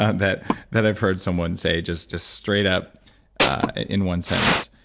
ah that that i've heard someone say just just straight up in one sentence.